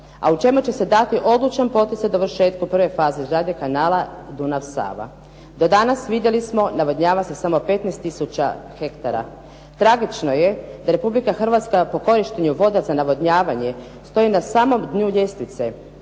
a u čemu će se dati odlučan potez o dovršetku prve faze izgradnje kanala Dunav-Sava. Do danas vidjeli smo navodnjava se samo 15 tisuća hektara. Tragično je da Republika Hrvatska po korištenju voda za navodnjavanje stoji na samom dnu ljestvice,